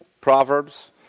Proverbs